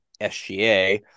SGA